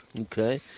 Okay